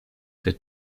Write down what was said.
der